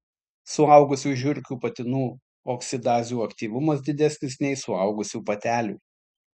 suaugusių žiurkių patinų oksidazių aktyvumas didesnis nei suaugusių patelių